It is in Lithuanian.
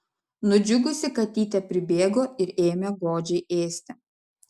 nudžiugusi katytė pribėgo ir ėmė godžiai ėsti